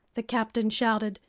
the captain shouted.